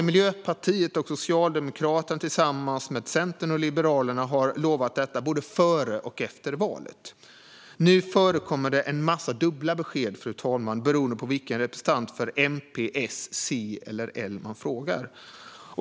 Miljöpartiet och Socialdemokraterna tillsammans med Centern och Liberalerna har lovat detta både före och efter valet. Nu förekommer det en massa dubbla besked, fru talman. Det beror på vilken representant för MP, S, C eller L man frågar.